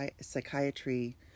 psychiatry